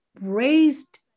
raised